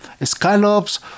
scallops